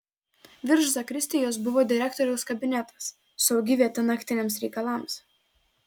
virš zakristijos buvo direktoriaus kabinetas saugi vieta naktiniams reikalams